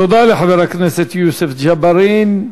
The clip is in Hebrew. תודה לחבר הכנסת יוסף ג'בארין.